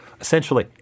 Essentially